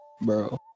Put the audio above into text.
bro